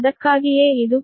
ಅದಕ್ಕಾಗಿಯೇ ಇದು p